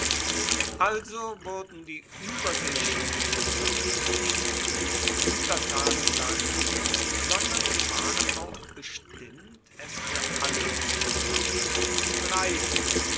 also wurden die ueberseeischen besitzungen nicht bloss untertanenland sondern sie waren auch bestimmt es fuer alle zukunft zu bleiben